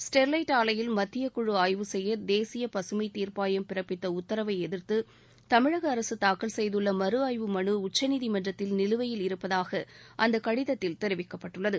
Sterlite ஆலையில் மத்திய குழு ஆய்வு செய்ய தேசிய பசுமை தீர்ப்பாயம் பிறப்பித்த உத்தரவை எதிர்த்து தமிழக அரசு தாக்கல் செய்துள்ள மறுஆய்வு மனு உச்சநீதிமன்றத்தில் நிலுவையில் இருப்பதாக அந்தக் கடிதத்தில் தெரிவிக்கப்பட்டுள்ளது